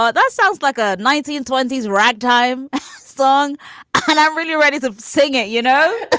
but that sounds like a nineteen twenty s ragtime song and i'm really ready to sing it, you know?